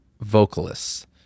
vocalists